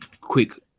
quick